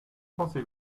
pensez